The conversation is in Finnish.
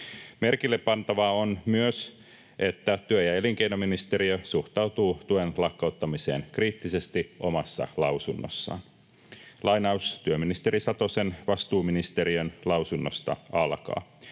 Merkillepantavaa on myös se, että työ- ja elinkeinoministeriö suhtautuu tuen lakkauttamiseen kriittisesti omassa lausunnossaan. Lainaus työministeri Satosen vastuuministeriön lausunnosta alkaa: